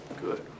Good